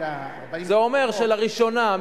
זה אומר שלראשונה,